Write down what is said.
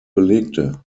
belegte